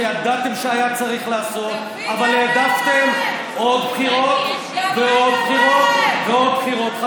שידעתם שהיה צריך לעשות אבל העדפתם עוד קירות ועוד קירות ועוד קירות.